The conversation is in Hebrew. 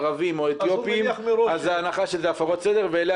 ערבים או אתיופים אז ההנחה שזה הפרות סדר ואליה